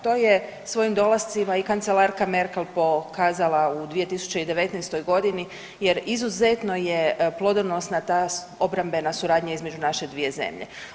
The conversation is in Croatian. To je svojim dolascima i kancelarka Merkel pokazala u 2019. g. jer izuzetno je plodonosna ta obrambena suradnja između naše dvije zemlje.